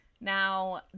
Now